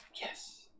Yes